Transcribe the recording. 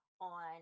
on